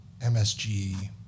MSG